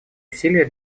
усилия